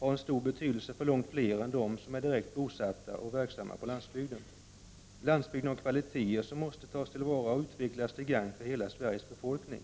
har en stor betydelse för långt fler än dem som är direkt bosatta och verksamma på landsbygden. Landsbygden har kvaliteter som måste tas till vara och utvecklas till gagn för hela Sveriges befolkning.